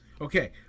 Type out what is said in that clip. Okay